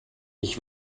ich